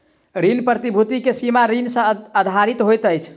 ऋण प्रतिभूति के सीमा ऋण सॅ आधारित होइत अछि